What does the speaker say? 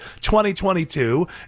2022